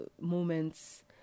moments